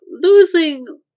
losing